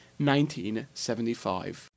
1975